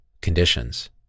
conditions